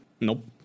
Nope